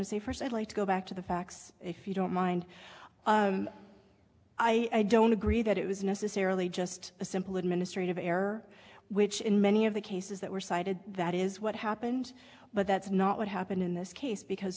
to say first i'd like to go back to the facts if you don't mind i don't agree that it was necessarily just a simple administrative error which in many of the cases that were cited that is what happened but that's not what happened in this case because